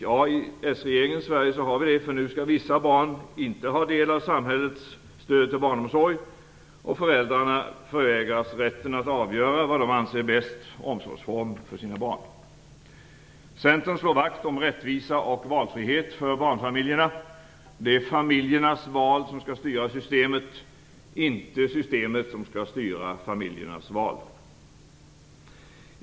Ja, i s-regeringens Sverige har vi det. Nu skall vissa barn nämligen inte få del av samhällets stöd till barnomsorgen, och föräldrarna förvägras rätten att välja den omsorgsform som de anser är bäst för sina barn. Centern slår vakt om rättvisa och valfrihet för barnfamiljerna. Det är familjernas val som skall styra systemet och inte systemet som skall styra familjernas val.